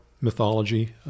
mythology